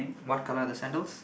what colour are the sandals